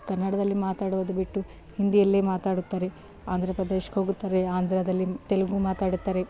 ಕನ್ನಡದಲ್ಲಿ ಮಾತಾಡೋದು ಬಿಟ್ಟು ಹಿಂದಿಯಲ್ಲೇ ಮಾತಾಡುತ್ತಾರೆ ಆಂಧ್ರ ಪ್ರದೇಶಕ್ಕೆ ಹೋಗುತ್ತಾರೆ ಆಂಧ್ರದಲ್ಲಿ ತೆಲುಗು ಮಾತಾಡುತ್ತಾರೆ